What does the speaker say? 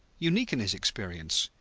unique in his experience.